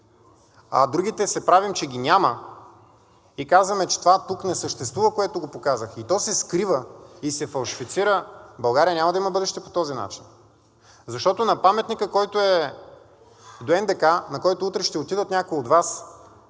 а другите се правим, че ги няма, и казваме, че това тук не съществува, което го показах, и то се скрива и се фалшифицира, България няма да има бъдеще по този начин. Защото на паметника, който е до НДК, на който утре ще отидат някои от Вас,